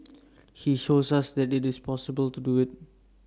he shows us that IT is possible to do IT